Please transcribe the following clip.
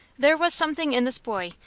there was something in this boy,